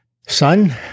Son